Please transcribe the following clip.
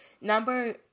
Number